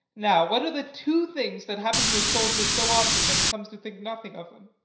now what are the two things that happen to a soldier so often that he comes to think nothing of them?